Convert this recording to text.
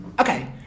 Okay